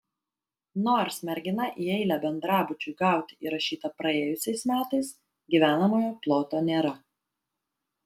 nors mergina į eilę bendrabučiui gauti įrašyta praėjusiais metais gyvenamojo ploto nėra